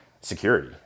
security